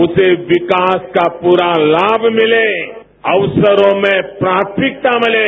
उसे विकास का प्ररा लाभ मिले अवसरों में प्राथमिकता मिले